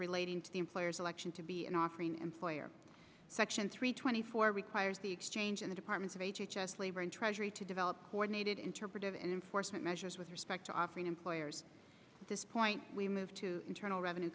relating to the employer's election to be an offering employer section three twenty four requires the exchange in the department of h h s labor and treasury to develop coordinated interpretive enforcement measures with respect to offering employers at this point we move to internal revenue